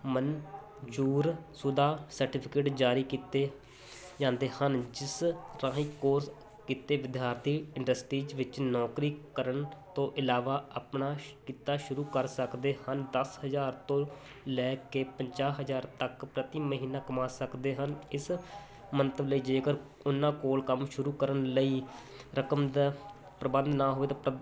ਮਨਜ਼ੂਰ ਸ਼ੁਦਾ ਸਰਟੀਫਿਕੇਟ ਜਾਰੀ ਕੀਤੇ ਜਾਂਦੇ ਹਨ ਜਿਸ ਰਾਹੀਂ ਕੋਰਸ ਕੀਤੇ ਵਿਦਿਆਰਥੀ ਇੰਡਸਟਰੀ 'ਚ ਵਿੱਚ ਨੌਕਰੀ ਕਰਨ ਤੋਂ ਇਲਾਵਾ ਆਪਣਾ ਕਿੱਤਾ ਸ਼ੁਰੂ ਕਰ ਸਕਦੇ ਹਨ ਦਸ ਹਜ਼ਾਰ ਤੋਂ ਲੈ ਕੇ ਪੰਜਾਹ ਹਜ਼ਾਰ ਤੱਕ ਪ੍ਰਤੀ ਮਹੀਨਾ ਕਮਾ ਸਕਦੇ ਹਨ ਇਸ ਮੰਤਵ ਲਈ ਜੇਕਰ ਉਹਨਾਂ ਕੋਲ ਕੰਮ ਸ਼ੁਰੂ ਕਰਨ ਲਈ ਰਕਮ ਦਾ ਪ੍ਰਬੰਧ ਨਾ ਹੋਵੇ ਤਬ ਟਬ